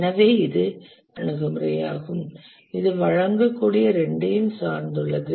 எனவே இது கலப்பின அணுகுமுறையாகும் இது வழங்கக்கூடிய இரண்டையும் சார்ந்துள்ளது